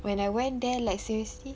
when I went there like seriously